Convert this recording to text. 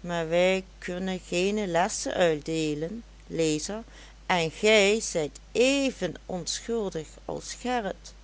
maar wij kunnen geene lessen uitdeelen lezer en gij zijt even onschuldig als gerrit